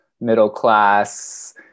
middle-class